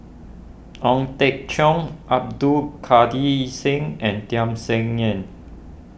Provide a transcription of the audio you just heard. Ong Teng Cheong Abdul Kadir Syed and Tham Sien Yen